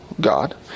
God